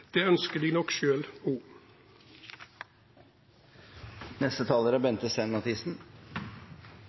Det ønsker de nok